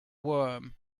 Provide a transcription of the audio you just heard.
worm